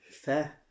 Fair